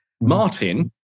Martin